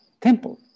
temple